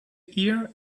ear